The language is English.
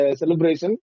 celebration